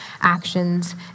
actions